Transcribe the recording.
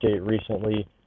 recently